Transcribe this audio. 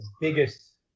Biggest